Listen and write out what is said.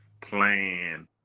plan